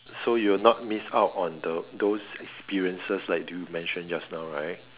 so you will not miss out on the those experiences like you mentioned just now right